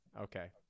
Okay